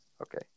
Okay